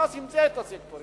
ש"ס המציאה את הסקטורים,